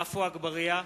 עפו אגבאריה,